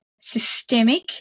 systemic